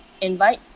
invite